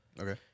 Okay